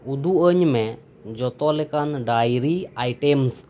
ᱩᱫᱩᱫ ᱟᱹᱧᱢᱮ ᱡᱚᱛᱚ ᱞᱮᱠᱟᱱ ᱰᱟᱭᱨᱤ ᱟᱭᱴᱮᱢᱥ